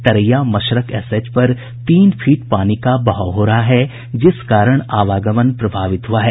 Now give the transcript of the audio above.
Taraiya Mashrak SH पर तीन feet पानी का बहाव हो रहा है जिस कारण आवागमन प्रभावित हुआ है